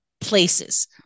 places